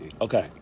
okay